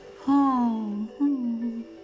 home